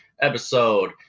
episode